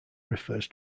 refers